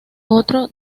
otro